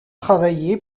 travaillé